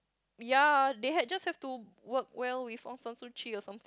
ya they had just have to work well with Aung-San-Suu-Kyi or some